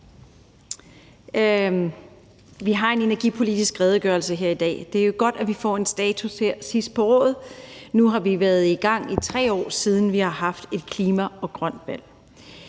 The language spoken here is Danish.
Vi har en energipolitisk redegørelse her i dag. Det er jo godt, at vi får en status her sidst på året. Nu har vi været i gang i 3 år, siden vi har haft et klima- og grønt valg.